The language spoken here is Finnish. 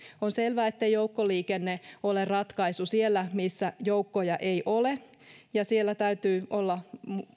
on selvää ettei joukkoliikenne ole ratkaisu siellä missä joukkoja ei ole ja siellä täytyy olla